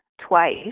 twice